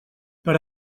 per